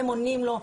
הם עונים לו.